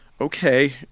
Okay